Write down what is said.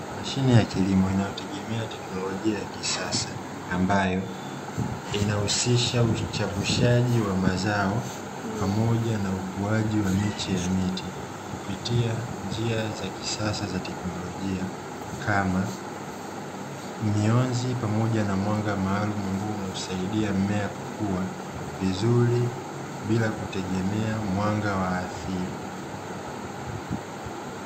Mashine ya kilimo inayotegemea teknolojia ya kisasa, ambayo inahusisha uchavushaji wa mazao pamoja na ukuaji wa miche ya miti kupitia njia za kisasa za teknolojia kama: mionzi pamoja na mwanga maalumu ambao unausaidia mimea kukua vizuri bila kutegemea mwanga wa asili.